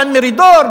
דן מרידור,